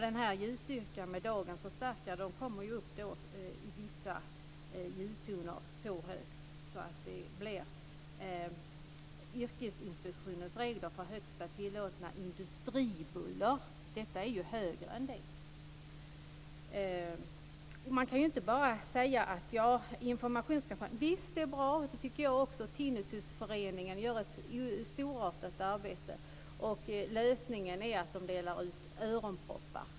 Vid vissa ljudtoner kommer dagens förstärkare så högt upp att det överstiger Yrkesinspektionens regler för högsta tillåtna industribuller. Man kan inte bara tala om informationskampanjer. Visst är det bra. Det tycker jag också. Tinnitusföreningen gör ett storartad arbete. De delar ut öronproppar på alla dessa tillställningar.